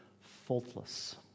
faultless